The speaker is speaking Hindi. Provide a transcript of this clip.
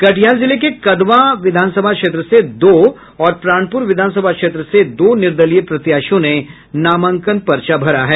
कटिहार जिले के कदवा विधानसभा क्षेत्र से दो और प्राणपुर विधानसभा क्षेत्र से दो निर्दलीय प्रत्याशियों ने नामांकन पर्चा भरा है